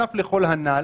בנוסף לכל הנ״ל,